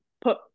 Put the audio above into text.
put